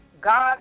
God